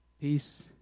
peace